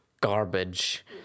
garbage